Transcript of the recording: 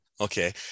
Okay